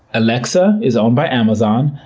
alexa is owned by amazon.